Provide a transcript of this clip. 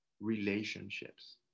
relationships